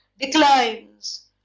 Declines